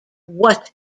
what